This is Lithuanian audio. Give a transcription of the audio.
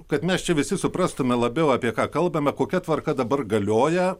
kad mes čia visi suprastume labiau apie ką kalbame kokia tvarka dabar galioja